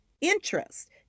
interest